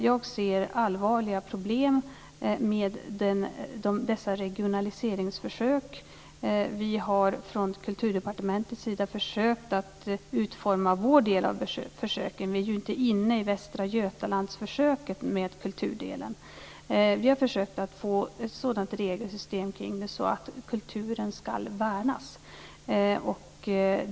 Jag ser allvarliga problem med dessa regionaliseringsförsök. Vi från Kulturdepartementet har försökt att utforma vår del av försöken, men vi är ju inte inne i Västra Götalandsförsöket med kulturdelen. Vi har också försökt att få ett sådant regelsystem att kulturen ska värnas.